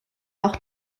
auch